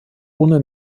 ohne